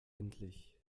endlich